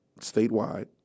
statewide